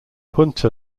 punta